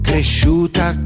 Cresciuta